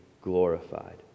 glorified